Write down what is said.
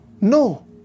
No